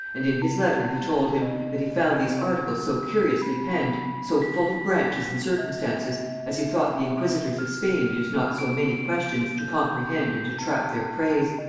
and in his letter he told him, that he found these articles so curiously penned, so full of branches and circumstances, as he thought the inquisitors of spain used not so many questions to comprehend and to trap their preys.